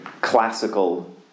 classical